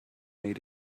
made